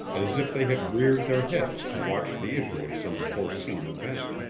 as if they had reared their heads to watch the issue of some foreseen event.